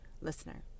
listener